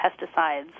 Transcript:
pesticides